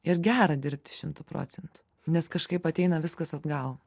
ir gera dirbti šimtu procentų nes kažkaip ateina viskas atgal